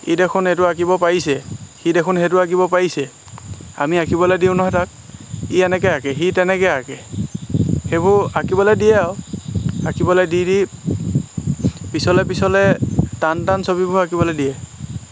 ই দেখোন এইটো আঁকিব পাৰিছে সি দেখোন সেইটো আঁকিব পাৰিছে আমি আঁকিবলৈ দিওঁ নহয় তাক ই এনেকৈ আঁকে সি তেনেকৈ আঁকে সেইবোৰ আঁকিবলৈ দিয়ে আৰু আঁকিবলৈ দি দি পিছলৈ পিছলৈ টান টান ছবিবোৰ আঁকিবলৈ দিয়ে